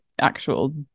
Actual